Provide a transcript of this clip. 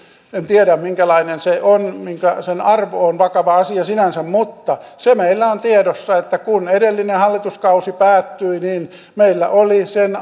en tiedä minkälainen se on mikä sen arvo on vakava asia sinänsä mutta se meillä on tiedossa että kun edellinen hallituskausi päättyi meillä oli sen